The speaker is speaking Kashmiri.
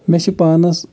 مےٚ چھِ پانَس